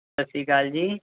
ਸਤਿ ਸ਼੍ਰੀ ਅਕਾਲ ਜੀ